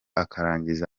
akarangiza